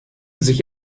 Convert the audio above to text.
sich